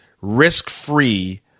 risk-free